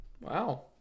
wow